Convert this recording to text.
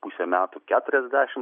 pusę metų keturiasdešimt